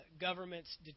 governments